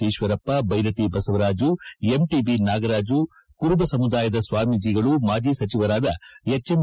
Eshwarappa Byrathi Basavaraju MTI Nagaraju Kuruba ಸಮುದಾಯದ ಸ್ವಾಮೀಜಿಗಳು ಮಾಜಿ ಸಚಿವರಾದ ಎಚ್ಎಂ